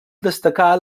destacar